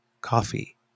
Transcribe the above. coffee